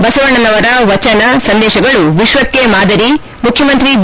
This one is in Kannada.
ಬಸವಣ್ಣನವರ ವಚನ ಸಂದೇಶಗಳು ವಿಶ್ವಕ್ಕೆ ಮಾದರಿ ಮುಖ್ಯಮಂತ್ರಿ ಬಿ